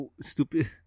Stupid